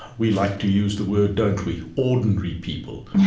we like to use the word, don't we, ordinary people,